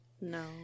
No